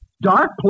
Dark